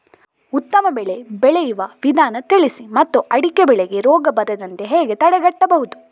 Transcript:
ಉತ್ತಮ ಬೆಳೆ ಬೆಳೆಯುವ ವಿಧಾನ ತಿಳಿಸಿ ಮತ್ತು ಅಡಿಕೆ ಬೆಳೆಗೆ ರೋಗ ಬರದಂತೆ ಹೇಗೆ ತಡೆಗಟ್ಟಬಹುದು?